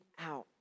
out